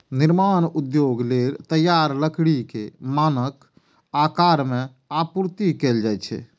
निर्माण उद्योग लेल तैयार लकड़ी कें मानक आकार मे आपूर्ति कैल जाइ छै